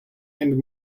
and